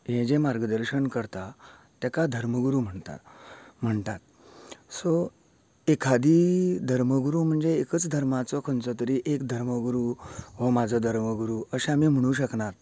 हे जे मार्गदर्शन करता तेका धर्मगुरू म्हणटा म्हणटात सो एखादी धर्मगूरु म्हणजे एकाच धर्माचो खंयचो तरी एक धर्मगुरू हो म्हाजो धर्मगुरू अशें म्हणूंक शकनात